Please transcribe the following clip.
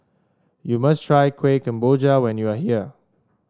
you must try Kuih Kemboja when you are here